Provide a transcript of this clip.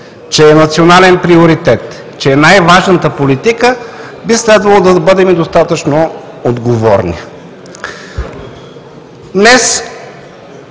че е национален приоритет, че е най-важната политика, би следвало да бъдем и достатъчно отговорни.